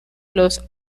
los